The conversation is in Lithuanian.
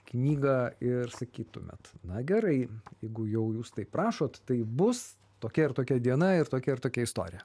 knygą ir sakytumėt na gerai jeigu jau jūs taip prašot tai bus tokia ir tokia diena ir tokia ir tokia istorija